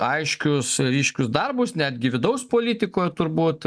aiškius ryškius darbus netgi vidaus politikoj turbūt